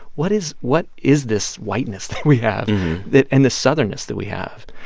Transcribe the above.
what is what is this whiteness that we have that and the southern-ness that we have?